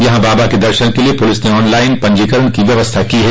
यहां बाबा के दर्शन के लिए पुलिस ने ऑन लाइन पंजीकरण की व्यवस्था की है